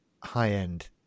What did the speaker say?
high-end